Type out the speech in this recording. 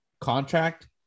contract